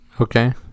Okay